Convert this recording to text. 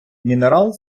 мінерал